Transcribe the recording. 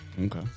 Okay